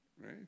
Right